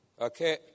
Okay